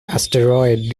asteroid